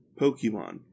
pokemon